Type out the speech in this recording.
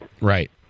Right